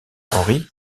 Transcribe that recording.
henry